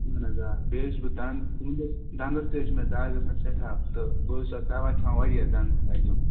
اَہَن حظ آ بیٚیہِ حظ چھُس بہٕ دَنٛد دَنٛدَس تہِ حظ چھُ مےٚ دگ آسان سٮ۪ٹھاہ تہٕ بہٕ حظ چھُس اَتھ دَوا کھیٚوان واریاہ دَنٛدٕ دادیُک